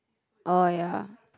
orh ya